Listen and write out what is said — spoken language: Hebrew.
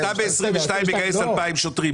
ב-2022 אתה מגייס 2,000 שוטרים.